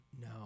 No